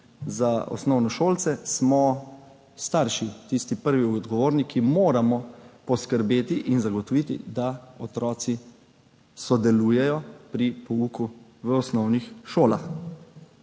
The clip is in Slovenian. Za osnovnošolce smo starši tisti prvi odgovorni, ki moramo poskrbeti in zagotoviti, da otroci sodelujejo pri pouku v osnovnih šolah.